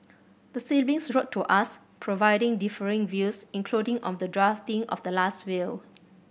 the siblings wrote to us providing differing views including on the drafting of the last will